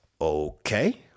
Okay